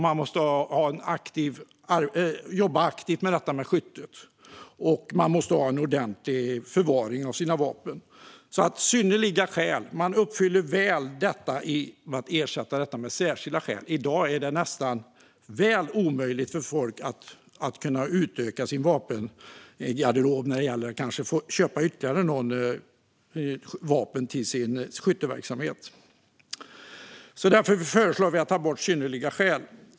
Man måste också jobba aktivt med detta med skyttet, och man måste ha en ordentlig förvaring av sina vapen. Synnerliga skäl uppfylls alltså väl genom att vi ersätter det med särskilda skäl; i dag är det nästan väl omöjligt för folk att utöka sin vapengarderob genom att kanske köpa ytterligare något vapen till sin skytteverksamhet. Därför föreslår vi att man tar bort synnerliga skäl.